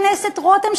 חבר הכנסת רותם,